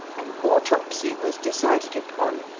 an autopsy was decided upon,